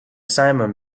simum